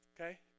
Okay